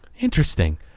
Interesting